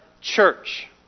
Church